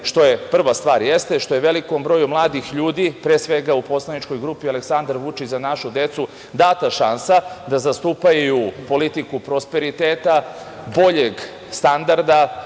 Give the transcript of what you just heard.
što je, prva stvar jeste što je velikom broju mladih ljudi, pre svega u poslaničkoj grupi „Aleksandar Vučić – Za našu decu“ data šansa da zastupaju politiku prosperiteta, boljeg standarda,